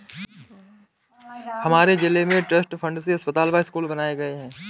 हमारे जिले में ट्रस्ट फंड से अस्पताल व स्कूल बनाए गए